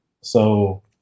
So-